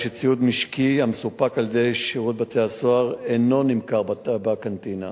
ציוד משקי המסופק על-ידי שירות בתי-הסוהר אינו נמכר בקנטינה.